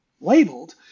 labeled